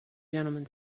gentlemen